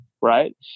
Right